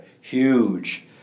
Huge